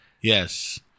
Yes